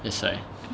that's why